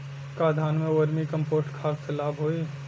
का धान में वर्मी कंपोस्ट खाद से लाभ होई?